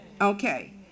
Okay